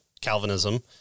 calvinism